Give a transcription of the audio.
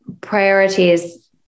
priorities